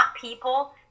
people